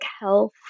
health